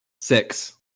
Six